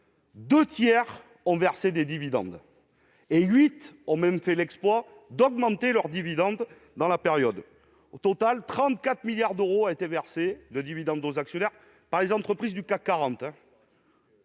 entreprises ont versé des dividendes ; huit ont même fait l'exploit d'augmenter leurs dividendes au cours de la période. Au total, 34 milliards d'euros de dividendes ont été versés aux actionnaires par les entreprises du CAC 40.